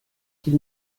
qu’il